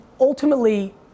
ultimately